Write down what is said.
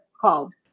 called